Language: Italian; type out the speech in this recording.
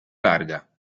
larga